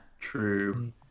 True